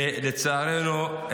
לצערנו,